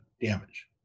damage